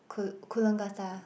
cool~ Coolangatta